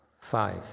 five